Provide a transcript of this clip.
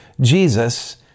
Jesus